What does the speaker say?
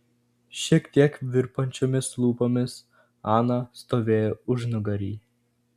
šiek tiek virpančiomis lūpomis ana stovėjo užnugary